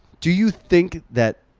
do you think that.